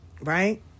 right